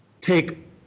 take